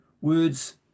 words